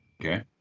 okay